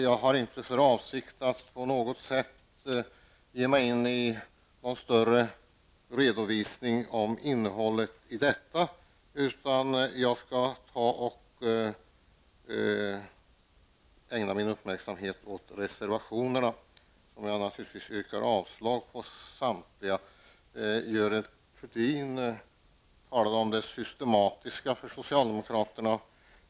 Jag har inte för avsikt att ge mig in i någon större redovisning av det, utan jag skall ägna min uppmärksamhet åt reservationerna. Jag yrkar naturligtvis avslag på samtliga. Görel Thurdin talade om vad som var symptomatiskt för socialdemokraterna.